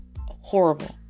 horrible